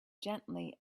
gently